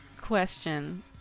question